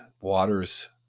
waters